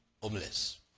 homeless